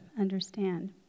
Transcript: understand